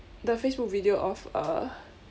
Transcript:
the facebook video of uh